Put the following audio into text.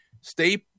stay